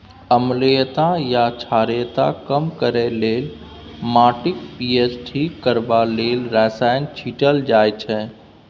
अम्लीयता या क्षारीयता कम करय लेल, माटिक पी.एच ठीक करबा लेल रसायन छीटल जाइ छै